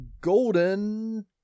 golden